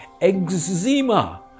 eczema